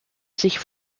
sich